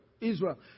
Israel